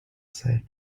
said